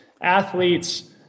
athletes